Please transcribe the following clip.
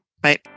Bye